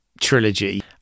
trilogy